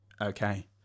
Okay